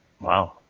Wow